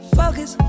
focus